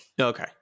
okay